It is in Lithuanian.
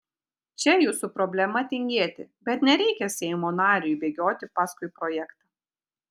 čia jūsų problema tingėti bet nereikia seimo nariui bėgioti paskui projektą